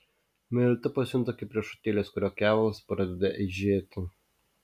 melita pasijunta kaip riešutėlis kurio kevalas pradeda eižėti